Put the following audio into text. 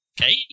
Okay